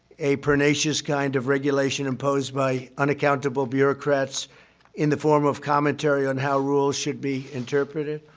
a pernicious kind of regulation imposed by unaccountable bureaucrats in the form of commentary on how rules should be interpreted.